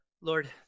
Lord